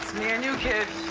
me and you kid.